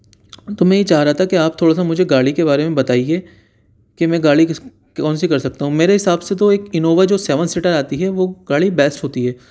تو میں یہ چاہ رہا تھا کہ آپ تھوڑا سا مجھے گاڑی کے بارے میں بتائیے کہ میں گاڑی کس کون سی کر سکتا ہوں میرے حساب سے تو ایک انووا جو سیون سیٹر آتی ہے وہ گاڑی بیسٹ ہوتی ہے